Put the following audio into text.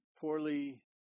poorly